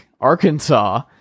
Arkansas